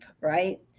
right